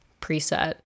preset